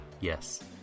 Yes